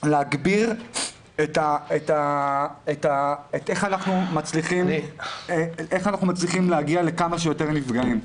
להגביר את המאמץ איך אנחנו מצליחים להגיע לכמה שיותר נפגעים.